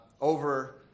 over